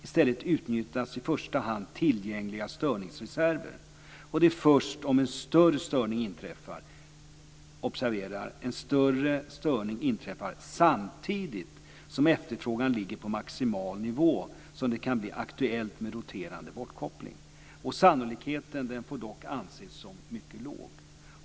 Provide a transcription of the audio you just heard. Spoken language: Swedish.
I stället utnyttjas i första hand tillgängliga störningsreserver. Det är först om en större störning inträffar samtidigt som efterfrågan ligger på maximal nivå som det kan bli aktuellt med roterande bortkoppling. Den sannolikheten får dock anses som mycket låg.